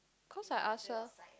cause I ask her